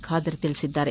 ಖಾದರ್ ತಿಳಿಸಿದ್ದಾರೆ